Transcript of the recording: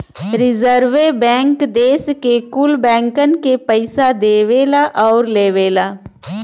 रीजर्वे bank देस के कुल बैंकन के पइसा देवला आउर लेवला